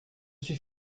suis